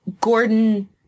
Gordon